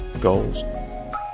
goals